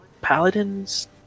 paladins